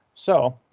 so.